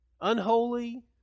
unholy